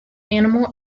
animal